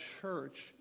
church